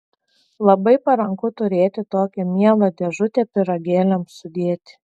labai paranku turėti tokią mielą dėžutę pyragėliams sudėti